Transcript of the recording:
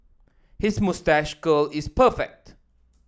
his moustache curl is perfect